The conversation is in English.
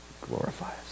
glorifies